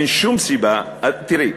תראי,